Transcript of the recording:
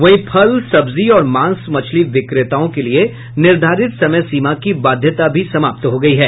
वहीं फल सब्जी और मांस मछली विक्रेताओं के लिए निर्धारित समय सीमा की बाध्यता भी समाप्त हो गयी है